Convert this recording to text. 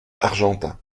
argentat